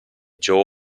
joe